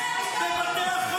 אני לא מבין, היושב-ראש.